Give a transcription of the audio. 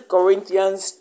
Corinthians